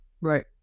Right